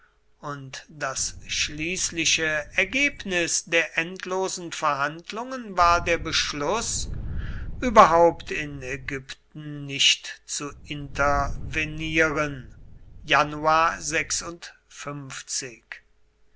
und das schließliche ergebnis der endlosen verhandlungen war der beschluß überhaupt in ägypten nicht zu intervenieren